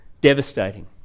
devastating